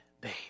babe